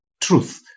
truth